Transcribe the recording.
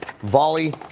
volley